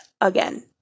again